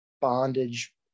bondage